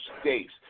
states